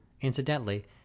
incidentally